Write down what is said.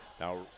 Now